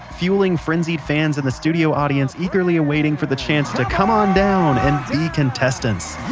fueling frenzied fans in the studio audience eagerly waiting for the chance to come on down! and be contestants